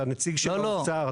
אתה נציג של האוצר,